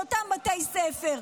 של אותם בתי ספר.